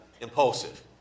impulsive